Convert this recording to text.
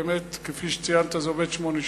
באמת כפי שציינת, זה עובד שמונה שנים.